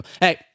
hey